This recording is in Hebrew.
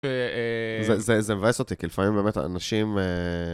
זה מבאס אותי, כי לפעמים באמת האנשים...